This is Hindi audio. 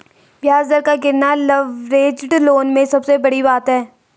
ब्याज दर का गिरना लवरेज्ड लोन में सबसे बड़ी बात है